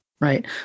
Right